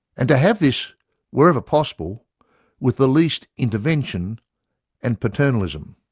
and to have this wherever possible with the least intervention and paternalism.